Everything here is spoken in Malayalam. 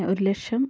ഒരു ലക്ഷം